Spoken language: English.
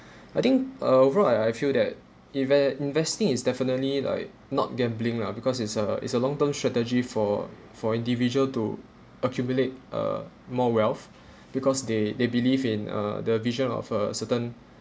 I think uh overall I I feel that inve~ investing is definitely like not gambling lah because it's a it's a long term strategy for for individual to accumulate uh more wealth because they they believe in uh the vision of a certain